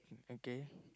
okay